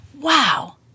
wow